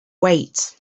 wait